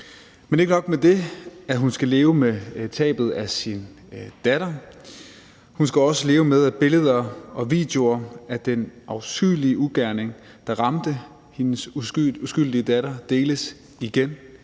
Men ikke nok med det, at hun skal leve med tabet af sin datter; hun skal også leve med, at billeder og videoer af den afskyelige ugerning, der ramte hendes uskyldige datter, deles igen